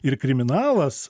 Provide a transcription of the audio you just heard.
ir kriminalas